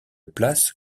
place